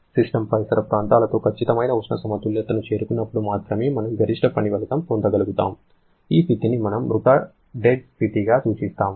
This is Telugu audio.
సిస్టమ్ పరిసర ప్రాంతాలతో ఖచ్చితమైన ఉష్ణ సమతుల్యతను చేరుకున్నప్పుడు మాత్రమే మనం గరిష్ట పని ఫలితం పొందగలుగుతాము ఆ స్థితిని మనం మృతడెడ్ స్థితిగా సూచిస్తాము